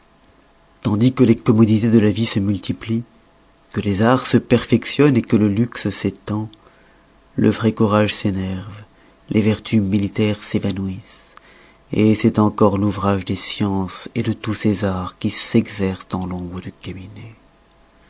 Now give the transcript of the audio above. tandis que les commodités de la vie se multiplient que les arts se perfectionnent et que le luxe s'étend le vrai courage s'énerve les vertus militaires s'évanouissent c'est encore l'ouvrage des sciences de tous ces arts qui s'exercent dans l'ombre du cabinet